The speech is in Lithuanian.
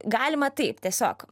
galima taip tiesiog